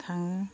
थाङो